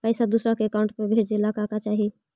पैसा दूसरा के अकाउंट में भेजे ला का का चाही?